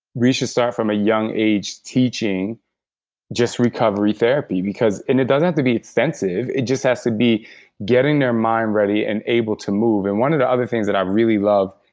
we should start from a young age teaching just recovery therapy. and it doesn't have to be extensive. it just has to be getting their mind ready and able to move and one of the other thing that i really love,